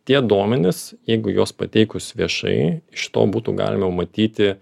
tie duomenys jeigu juos pateikus viešai iš to būtų galima jau matyti